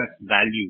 value